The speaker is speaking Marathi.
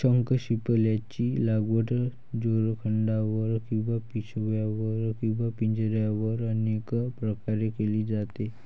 शंखशिंपल्यांची लागवड दोरखंडावर किंवा पिशव्यांवर किंवा पिंजऱ्यांवर अनेक प्रकारे केली जाते